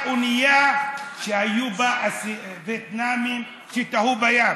אונייה שהיו בה וייטנאמים שתעו בים.